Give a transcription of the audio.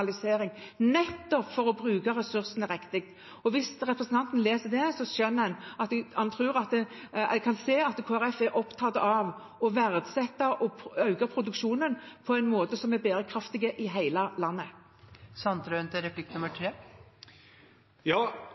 nettopp for å bruke ressursene riktig. Hvis representanten leser det, skjønner han at Kristelig Folkeparti er opptatt av, verdsetter og vil øke produksjonen på en måte som er bærekraftig i hele